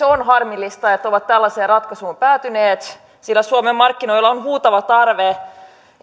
on harmillista että ne ovat tällaiseen ratkaisuun päätyneet sillä suomen markkinoilla on huutava tarve